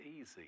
easy